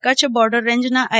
Kutch border range ના આઈ